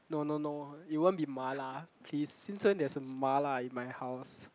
no no no it won't be mala please since when there's a mala in my house